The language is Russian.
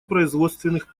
производственных